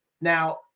Now